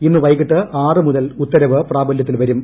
ഇന്ന് വൈകിട്ട് ആറ് മുതൽ ഉത്തരവ് പ്രാബല്യത്തിൽ വരും